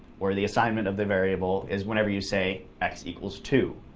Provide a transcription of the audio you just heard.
or the assignment of the variable, is whenever you say x two.